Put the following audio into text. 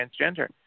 transgender